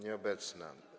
Nieobecna.